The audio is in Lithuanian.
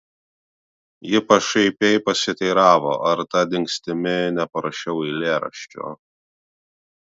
ji pašaipiai pasiteiravo ar ta dingstimi neparašiau eilėraščio